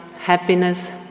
happiness